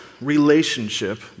relationship